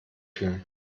fühlen